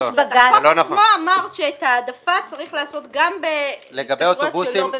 החוק עצמו אמר שאת העדפה צריך לעשות גם בהתקשרויות שלא במכרז.